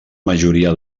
majoria